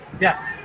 Yes